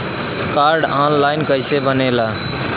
Card online कइसे बनेला?